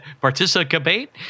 Participate